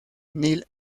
neal